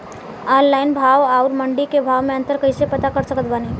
Online भाव आउर मंडी के भाव मे अंतर कैसे पता कर सकत बानी?